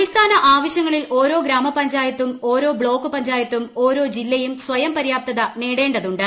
അടിസ്ഥാന ആവശ്യങ്ങളിൽ ഓരോ ഗ്രാമപഞ്ചായത്തും ഓരോ ബ്ലോക്ക് പഞ്ചായത്തും ഓരോ ജില്ലയും സ്വയം പര്യാപ്തത നേടേണ്ടതുണ്ട്